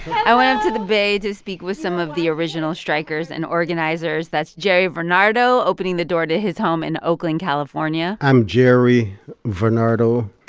i went up to the bay to speak with some of the original strikers and organizers. that's jerry renato opening the door to his home in oakland, calif um yeah i'm jerry varnado.